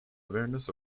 awareness